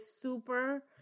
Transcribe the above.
super